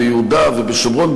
ביהודה ובשומרון,